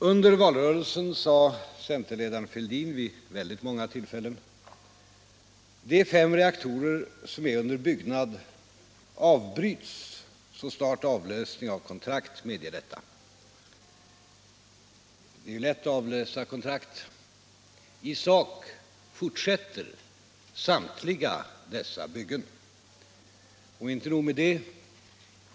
Under valrörelsen sade centerledaren Fälldin vid väldigt många tillfällen att det pågående uppförandet av de fem reaktorerna skulle avbrytas så snart avlösning av kontrakt medger detta. Det är ju lätt att avlösa kontrakt, men i själva verket fortsätter samtliga dessa byggen, och inte nog med det.